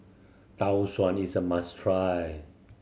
Tau Suan is a must try